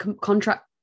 contract